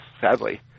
sadly